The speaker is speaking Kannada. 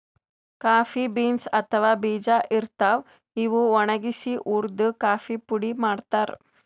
ಕಾಫಿ ಬೀನ್ಸ್ ಅಥವಾ ಬೀಜಾ ಇರ್ತಾವ್, ಇವ್ ಒಣಗ್ಸಿ ಹುರ್ದು ಕಾಫಿ ಪುಡಿ ಮಾಡ್ತಾರ್